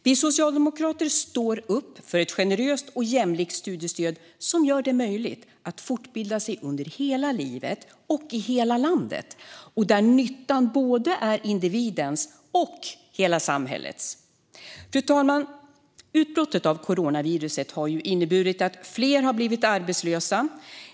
Vi socialdemokrater står upp för ett generöst och jämlikt studiestöd som gör det möjligt att fortbilda sig under hela livet och i hela landet, där nyttan är både individens och hela samhällets. Fru talman! Utbrottet av coronaviruset har inneburit att fler blivit arbetslösa.